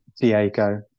Diego